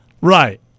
Right